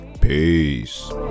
Peace